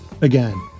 again